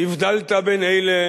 הבדלת בין אלה